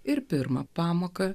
ir pirmą pamoką